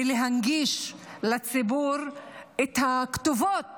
ולהנגיש לציבור את הכתובות